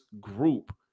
group